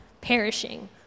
perishing